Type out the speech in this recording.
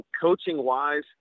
coaching-wise